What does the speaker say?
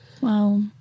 Wow